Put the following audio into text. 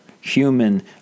human